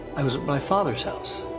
i was at my father's house.